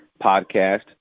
Podcast